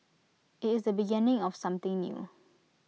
IT is the beginning of something new